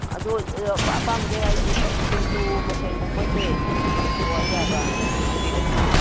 ꯑꯗꯣ ꯑꯄꯥꯝꯕꯒꯩ ꯍꯥꯏꯁꯦ ꯁꯤꯡꯖꯨ ꯃꯊꯦꯜꯒꯨꯝꯕꯁꯦ ꯑꯗꯤ ꯑꯣꯏꯕ ꯌꯥꯕ ꯐꯪꯕꯤꯒꯅꯤꯅ